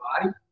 body